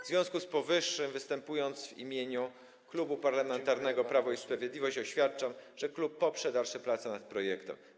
W związku z powyższym, występując w imieniu Klubu Parlamentarnego Prawo i Sprawiedliwość, oświadczam, że klub poprze dalsze prace nad omawianym projektem.